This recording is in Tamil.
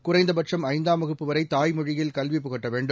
குறைந்தபட்சும் ஐந்தாம் வகுப்பு வரை தாய்மொழியில் கல்வி புகட்ட வேண்டும்